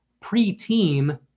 pre-team